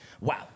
Wow